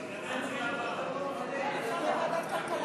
אני לא יודע.